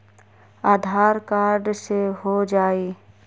आधार card से हो जाइ?